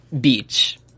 Beach